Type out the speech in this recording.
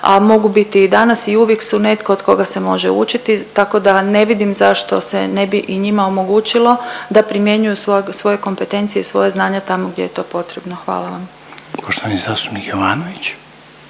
mogu biti i danas i uvijek su netko od koga se može učiti tako da ne vidim zašto se ne bi i njima omogućilo da primjenjuju svoje kompetencije i svoje znanja tamo gdje je to potrebno. Hvala vam. **Reiner, Željko